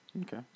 Okay